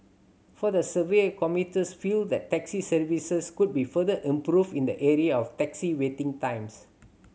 from the survey commuters feel that taxi services could be further improved in the area of taxi waiting times